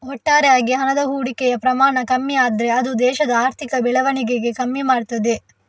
ಒಟ್ಟಾರೆ ಆಗಿ ಹಣದ ಹೂಡಿಕೆಯ ಪ್ರಮಾಣ ಕಮ್ಮಿ ಆದ್ರೆ ಅದು ದೇಶದ ಆರ್ಥಿಕ ಬೆಳವಣಿಗೆ ಕಮ್ಮಿ ಮಾಡ್ತದೆ